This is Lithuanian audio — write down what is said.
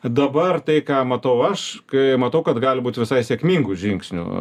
dabar tai ką matau aš kai matau kad gali būt visai sėkmingų žingsnių